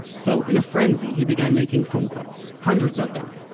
so, in a frenzy, he began making phone calls. hundreds of them.